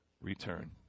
return